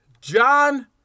John